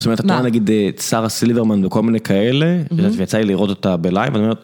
זאת אומרת, אתה נגיד אהה את שרה סילברמן וכל מיני כאלה, ויצא לי לראות אותה בלייב, אני אומר